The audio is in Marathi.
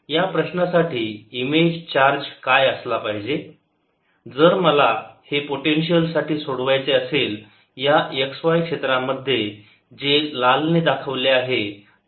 या प्रश्नासाठी इमेज चार्ज काय असला पाहिजे जर मला हे पोटेन्शियल साठी सोडवायचे असेल या x y क्षेत्रामध्ये जे लाल ने दाखवले आहे